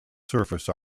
surface